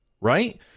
right